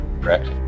Correct